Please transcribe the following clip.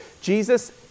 Jesus